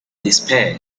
despair